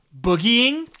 boogieing